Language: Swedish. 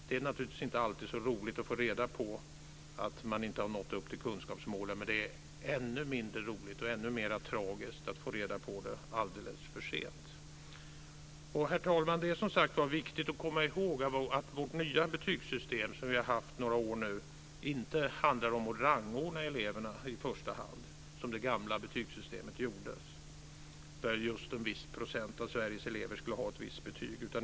Det är naturligtvis inte alltid så roligt att få reda på att man inte har nått upp till kunskapsmålen, men det är ännu mindre roligt och ännu mera tragiskt att få reda på det alldeles för sent. Herr talman! Det är, som sagt var, viktigt att komma ihåg att vårt nya betygssystem, som vi nu har haft några år, inte handlar om att rangordna eleverna i första hand. Det gjordes i det gamla betygssystemet, där just en viss procent av Sveriges elever skulle ha ett visst betyg.